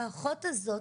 האחות הזאת,